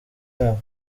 yabo